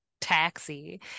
taxi